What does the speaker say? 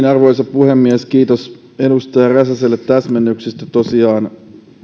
arvoisa puhemies kiitos edustaja räsäselle täsmennyksestä tosiaan